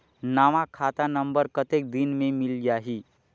नवा खाता नंबर कतेक दिन मे मिल जाही?